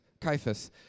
Caiaphas